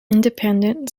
independent